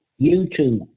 YouTube